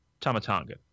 Tamatanga